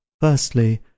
Firstly